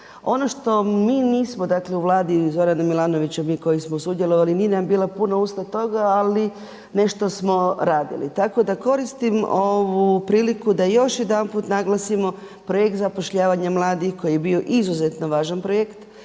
Ono što mi nismo, dakle u Vladi Zorana Milanovića, mi koji smo sudjelovali nije nam bila usta toga, ali nešto smo radili. Tako da koristim ovu priliku još jedanput naglasimo projekt zapošljavanja mladih koji je bio izuzetno važan projekt,